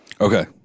Okay